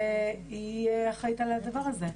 היא אחראית על הדבר הזה.